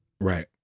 right